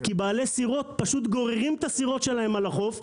כי בעלי סירות פשוט גוררים את הסירות שלהם על החוף,